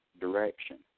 direction